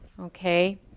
okay